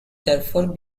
therefore